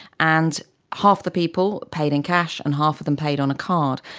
and half the people paid in cash and half of them paid on a card.